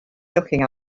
looking